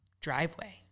driveway